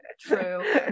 True